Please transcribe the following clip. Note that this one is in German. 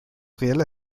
reale